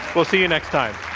we'll see you next time.